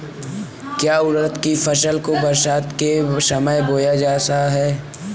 क्या उड़द की फसल को बरसात के समय बोया जाता है?